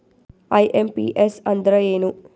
IMPS ಅಂದ್ರ ಏನು?